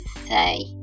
say